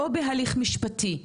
או בהליך משפטי,